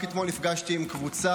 רק אתמול נפגשתי עם קבוצה